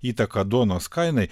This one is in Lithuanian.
įtaką duonos kainai